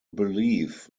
belief